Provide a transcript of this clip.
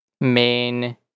main